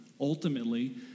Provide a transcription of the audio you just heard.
ultimately